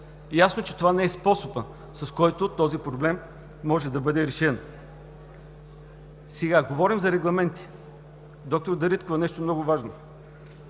Ясно е, че това не е способът, с който този проблем може да бъде решен. Говорим за регламенти. Доктор Дариткова, нещо много важно!